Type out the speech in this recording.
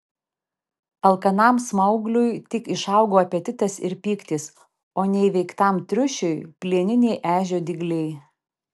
alkanam smaugliui tik išaugo apetitas ir pyktis o neįveiktam triušiui plieniniai ežio dygliai